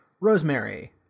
Rosemary